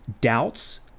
doubts